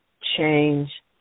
change